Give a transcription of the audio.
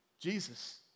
Jesus